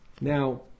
Now